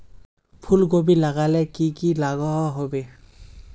फूलकोबी लगाले की की लागोहो होबे?